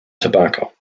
tobacco